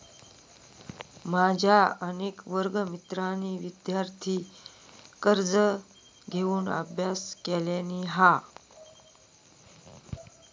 माझ्या अनेक वर्गमित्रांनी विदयार्थी कर्ज घेऊन अभ्यास केलानी हा